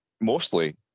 mostly